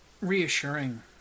reassuring